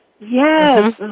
Yes